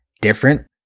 different